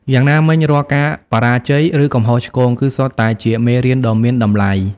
យ៉ាងណាមិញ រាល់ការបរាជ័យ ឬកំហុសឆ្គង គឺសុទ្ធតែជាមេរៀនដ៏មានតម្លៃ។